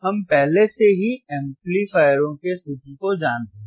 हम पहले से ही एम्पलीफायरों के सूत्र को जानते हैं